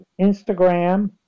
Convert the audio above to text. instagram